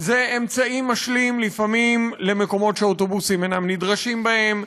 זה אמצעי משלים לפעמים למקומות שאוטובוסים אינם נדרשים בהם,